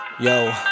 Yo